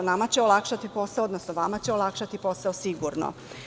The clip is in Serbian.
Nama će olakšati posao, odnosno, vama će olakšati posao sigurno.